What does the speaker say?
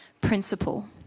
principle